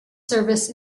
service